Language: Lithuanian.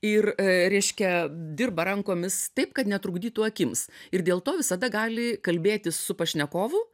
ir reiškia dirba rankomis taip kad netrukdytų akims ir dėl to visada gali kalbėti su pašnekovu